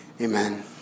amen